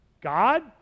God